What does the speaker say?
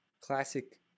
classic